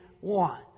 one